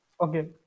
Okay